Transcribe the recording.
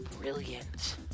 brilliant